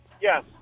Yes